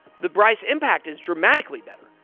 the price impact is dramatically better.